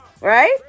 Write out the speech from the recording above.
right